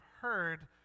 heard